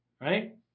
right